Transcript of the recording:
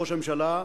ראש הממשלה,